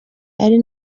ari